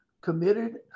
committed